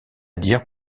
dire